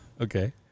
Okay